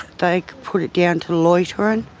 they put it down to loitering.